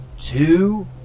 two